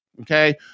okay